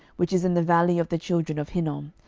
which is in the valley of the children of hinnom,